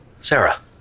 Sarah